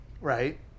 Right